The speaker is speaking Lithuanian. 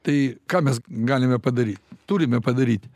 tai ką mes galime padaryt turime padaryt